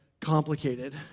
complicated